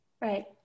Right